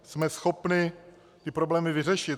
Jsme schopni ty problémy vyřešit.